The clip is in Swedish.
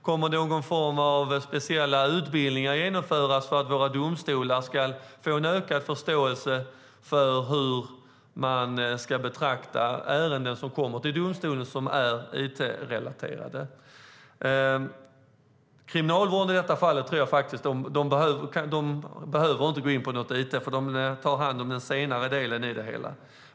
Kommer speciella utbildningar att genomföras så att våra domstolar får en ökad förståelse för hur it-relaterade ärenden ska betraktas? Kriminalvården behöver inte detta, för de tar hand om den senare delen av det hela.